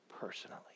personally